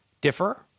differ